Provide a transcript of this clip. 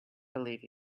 believe